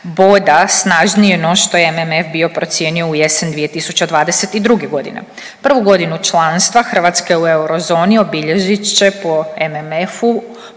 boda snažnije no što je MMF bio procijenio u jesen 2022. godine. Prvu godinu članstva Hrvatske u eurozoni obilježit će po MMF-u